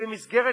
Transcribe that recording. הן במסגרת הכלל.